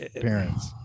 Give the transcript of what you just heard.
parents